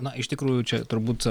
na iš tikrųjų čia turbūt